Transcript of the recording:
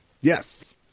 Yes